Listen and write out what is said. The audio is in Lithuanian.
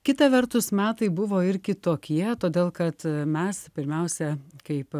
kita vertus metai buvo ir kitokie todėl kad mes pirmiausia kaip